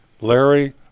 Larry